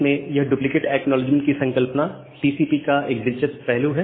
इसमें यह duplicate acknowledgement की संकल्पना टीसीपी का एक दिलचस्प पहलू है